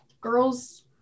girls